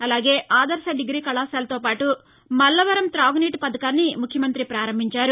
అలాగే ఆదర్శ డిగ్రీ కళాశాలతో పాటు మల్లవరం తాగునీటి పథకాన్ని ముఖ్యమంతి ప్రారంభించారు